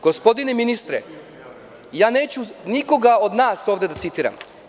Gospodine ministre, neću nikoga od nas ovde da citiram.